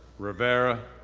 rivera,